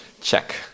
Check